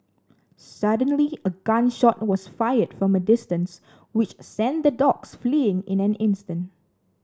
suddenly a gun shot was fired from a distance which sent the dogs fleeing in an instant